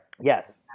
Yes